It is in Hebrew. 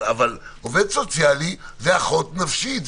אבל עובדת סוציאלית זה אחות נפשית,